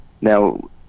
Now